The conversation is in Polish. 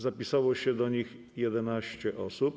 Zapisało się do nich 11 osób.